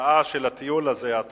התוצאה של הטיול הזה, הטרגית,